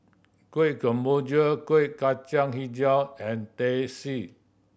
Kueh Kemboja Kuih Kacang Hijau and Teh C